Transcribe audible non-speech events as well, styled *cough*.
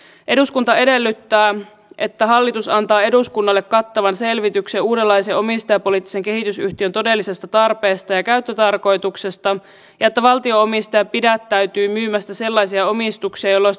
eduskunta edellyttää että hallitus antaa eduskunnalle kattavan selvityksen uudenlaisen omistajapoliittisen kehitysyhtiön todellisesta tarpeesta ja ja käyttötarkoituksesta ja että valtio omistaja pidättyy myymästä sellaisia omistuksia joilla on *unintelligible*